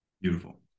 Beautiful